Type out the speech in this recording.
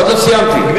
הדגשת הנושאים או